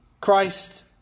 Christ